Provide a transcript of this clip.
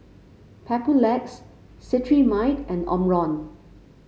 Papulex Cetrimide and Omron